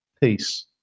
peace